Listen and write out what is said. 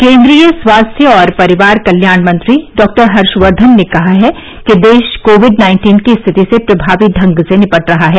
केंद्रीय स्वास्थ्य और परिवार कल्याण मंत्री डॉक्टर हर्षवर्धन ने कहा है कि देश कोविड नाइन्टीन की स्थिति से प्रभावी ढंग से निपट रहा है